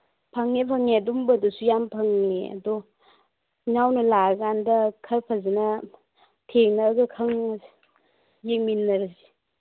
ꯐꯪꯉꯦ ꯐꯪꯉꯦ ꯑꯗꯨꯝꯕꯗꯨꯁꯨ ꯌꯥꯝ ꯐꯪꯉꯦ ꯑꯗꯣ ꯏꯅꯥꯎꯅ ꯂꯥꯛꯑꯀꯥꯟꯗ ꯈꯔ ꯐꯖꯅ ꯊꯦꯡꯅꯔꯒ ꯈꯪꯉꯁꯤ ꯌꯦꯡꯃꯤꯟꯅꯔꯁꯤ